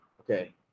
Okay